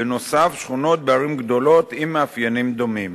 בנוסף, שכונות בערים גדולות עם מאפיינים דומים.